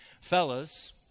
Fellas